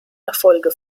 erfolge